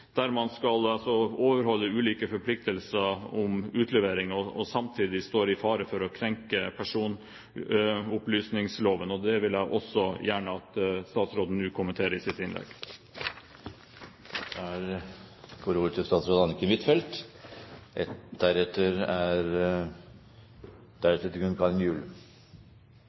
der de skal overholde ulike forpliktelser ved utlevering og samtidig står i fare for å krenke personopplysningsloven. Det vil jeg også gjerne at statsråden nå kommenterer i sitt innlegg. For å ta det siste spørsmålet aller først: Det er